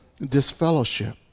disfellowship